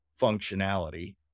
functionality